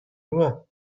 nur